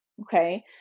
Okay